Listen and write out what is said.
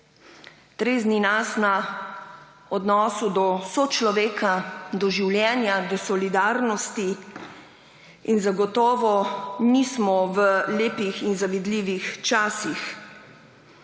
Trezni nas na odnosu do sočloveka, do življenja, do solidarnosti. In zagotovo nismo v lepih in zavidljivih časih.